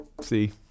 see